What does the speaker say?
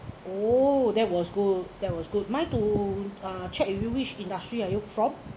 oh that was good that was good mind to uh check with you which industry are you from